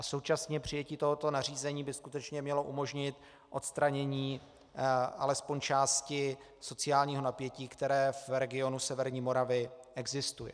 Současně přijetí tohoto nařízení by skutečně mělo umožnit odstranění alespoň části sociálního napětí, které v regionu severní Moravy existuje.